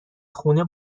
خونه